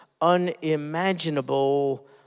unimaginable